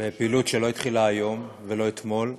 פעילות שלא התחילה היום ולא אתמול.